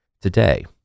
today